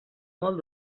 molt